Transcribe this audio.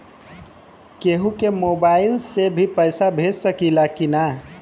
केहू के मोवाईल से भी पैसा भेज सकीला की ना?